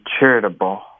charitable